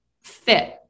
fit